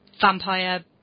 vampire